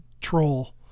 troll